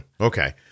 Okay